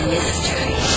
Mystery